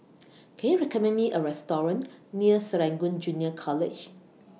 Can YOU recommend Me A Restaurant near Serangoon Junior College